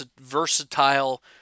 versatile